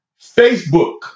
Facebook